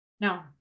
No